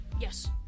Yes